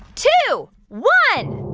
two, one